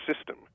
system